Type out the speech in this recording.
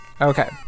Okay